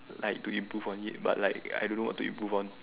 like to improve on it but like I don't know what to improve on